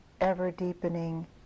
ever-deepening